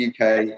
UK